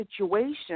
situation